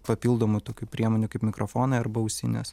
papildomų tokių priemonių kaip mikrofonai arba ausinės